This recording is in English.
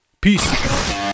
Peace